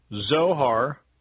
Zohar